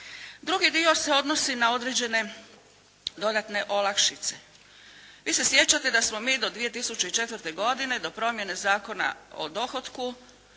Drugi dio se odnosi na određene dodatne olakšice. Vi se sjećate da smo mi do 2004. godine do promjene Zakona o dohotku